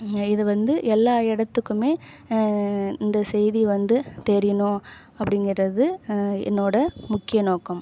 இது வந்து எல்லா இடத்துக்குமே இந்தச் செய்தி வந்து தெரியணும் அப்படிங்கறது என்னோடய முக்கிய நோக்கம்